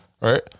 right